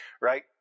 Right